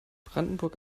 brandenburg